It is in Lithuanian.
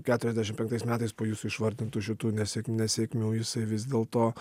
keturiasdešim penktais metais po jūsų išvardintų šitų nesėk nesėkmių jisai vis dėlto